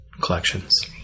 Collections